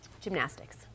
Gymnastics